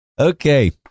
Okay